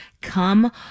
come